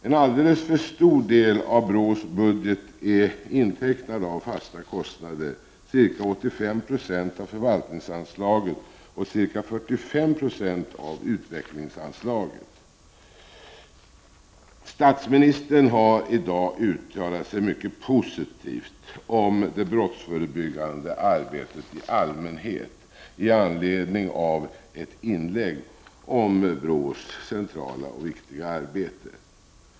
En alldeles för stor del av BRÅ:s budget är intecknad av fasta kostnader, ca 85 96 av förvaltningsanslaget och ca 45 96 av utvecklingsanslaget. Statsministern har i dag uttalat sig mycket positivt om det brottsförebyggande arbetet i allmänhet i anledning av ett inlägg om BRÅ:s centrala och viktiga arbete.